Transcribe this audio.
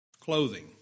clothing